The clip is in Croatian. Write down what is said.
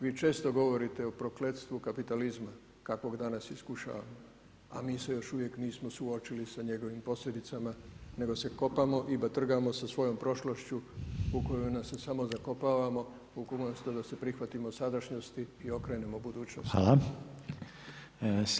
Vi često govorite o prokletstvu kapitalizma kakvog danas iskušavamo a mi se još uvijek nismo suočili sa njegovim posljedicama nego se kopamo i batrgamo sa svojom prošlošću su koju se samo zakopavamo umjesto da se prihvatimo sadašnjosti i okrenemo budućnosti.